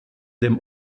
dem